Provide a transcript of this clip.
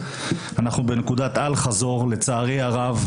אנחנו בנקודת אל חזור לצערי הרב.